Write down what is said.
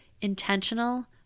intentional